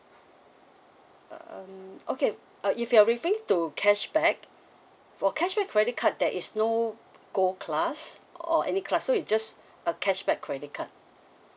um okay uh if you're referring to cashback for cashback credit card there is no gold class or any class so it's just a cashback credit card